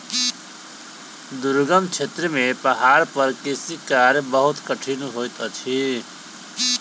दुर्गम क्षेत्र में पहाड़ पर कृषि कार्य बहुत कठिन होइत अछि